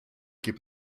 gib